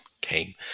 came